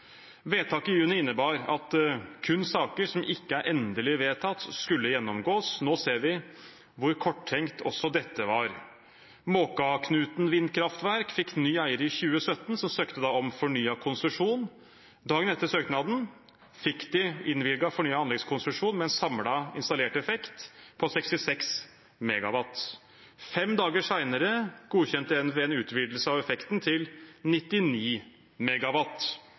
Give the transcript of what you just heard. Vedtaket i juni innebar at kun saker som ikke er endelig vedtatt, skulle gjennomgås. Nå ser vi hvor korttenkt også dette var. Måkaknuten vindkraftverk fikk ny eier i 2017 og søkte da om fornyet konsesjon. Dagen etter søknaden fikk de innvilget fornyet anleggskonsesjon med en samlet installert effekt på 66 MW. Fem dager senere godkjente NVE en utvidelse av effekten til 99